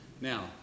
Now